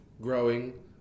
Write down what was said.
growing